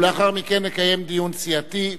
ולאחר מכן נקיים דיון סיעתי.